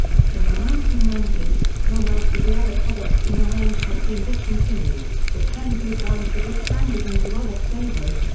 in the nineteen ninety s, long after the other products in the range had been discontinued, the tango brand was expanded into other flavours,